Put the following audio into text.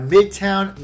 Midtown